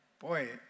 Boy